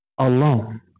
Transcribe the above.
alone